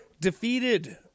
defeated